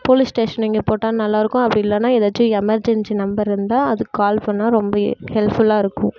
police station இங்கே போட்டால் நல்லாயிருக்கும் அப்படி இல்லைனா ஏதாச்சும் எமர்ஜென்சி நம்பர் இருந்தால் அதுக்கு கால் பண்ணால் ரொம்ப ஹெல்ப்ஃபுல்லாக இருக்கும்